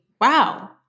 Wow